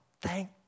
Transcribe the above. thank